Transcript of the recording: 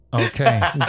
Okay